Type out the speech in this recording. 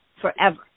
forever